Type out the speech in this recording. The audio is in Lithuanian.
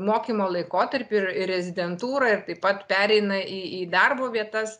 mokymo laikotarpį ir rezidentūrą ir taip pat pereina į į darbo vietas